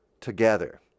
together